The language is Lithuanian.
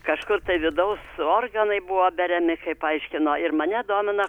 kažkur tai vidaus organai buvo beriami kaip aiškino ir mane domina